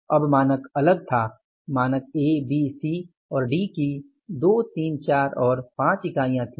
अब मानक अलग था मानक ए बी सी और डी की 2 3 4 और 5 इकाइयाँ थीं